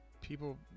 people